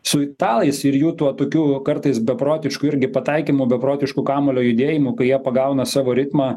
su italais ir jų tuo tokiu kartais beprotišku irgi pataikymu beprotišku kamuolio judėjimu kai jie pagauna savo ritmą